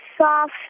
soft